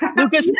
um lucas,